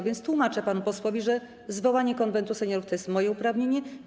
A więc tłumaczę panu posłowi, że zwołanie Konwentu Seniorów to jest moje uprawnienie.